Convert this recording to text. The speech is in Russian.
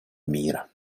мира